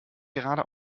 gerade